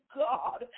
god